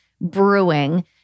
brewing